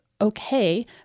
okay